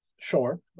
Sure